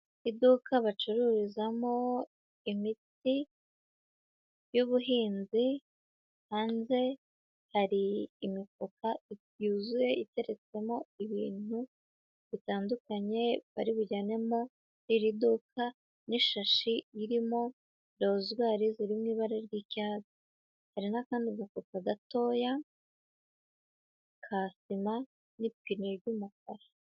Iduka bacururizamo imiti y'ubuhinzi, hanze hari imifuka yuzuye iteretswemo ibintu bitandukanye, bari bujyanemo iri duka n'ishashi irimo rozwari ziri mu ibara ry'icyatsi. Hari n'akandi gafuka gatoya, ka sima n'ipine ry'umukara.